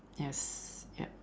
yes yup